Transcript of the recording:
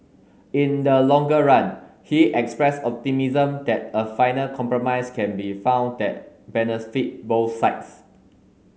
in the longer run he expressed optimism that a final compromise can be found that benefit both sides